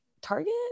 target